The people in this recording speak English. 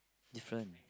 different